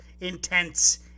intense